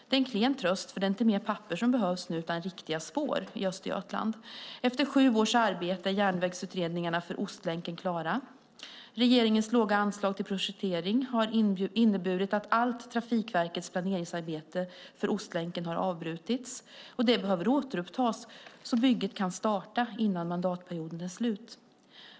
Det är en klen tröst, för det är inte mer papper som behövs nu utan riktiga spår i Östergötland. Efter sju års arbete är järnvägsutredningarna för Ostlänken klara. Regeringens låga anslag till projektering har inneburit att allt Trafikverkets planeringsarbete för Ostlänken har avbrutits, och det behöver återupptas så att bygget kan starta innan mandatperioden är slut.